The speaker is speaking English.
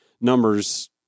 numbers